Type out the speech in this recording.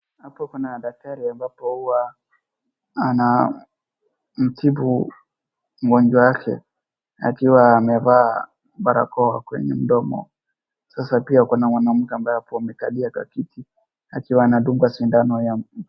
Hapo kuna daktari ambapo huwa anamtibu mgonjwa yake, akiwa amevaa barakoa kwenye mdomo. Sasa pia kuna mwanamke ambaye hapo amekalia kwa kiti akiwa anadungwa sindano ya mkono.